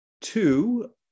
two